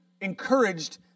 encouraged